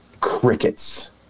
Crickets